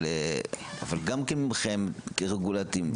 אבל גם מכם כרגולטורים,